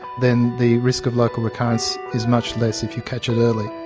then the risk of local recurrence is much less if you catch it early.